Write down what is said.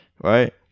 Right